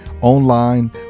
online